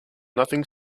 nothing